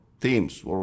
Teams